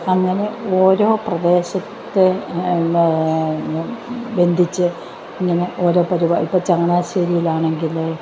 അങ്ങനെ ഓരോ പ്രദേശത്തെ ബന്ധിച്ചു ഇങ്ങനെ ഓരോ ഇപ്പം ചങ്ങനാശ്ശേരിയിലാണെങ്കിൽ